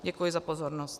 Děkuji za pozornost.